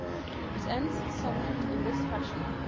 it ends somewhat in this fashion